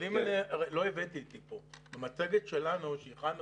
לא הבאתי אתי לכאן, אבל במצגת שהכנו